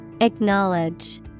Acknowledge